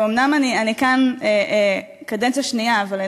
ואומנם אני כאן קדנציה שנייה אבל אני